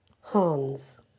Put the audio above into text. Hans